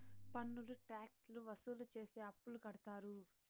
పన్నులు ట్యాక్స్ లు వసూలు చేసి అప్పులు కడతారు